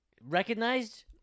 Recognized